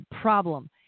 problem